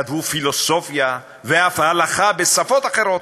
וכתבו פילוסופיה ואף הלכה בשפות אחרות.